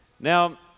Now